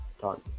done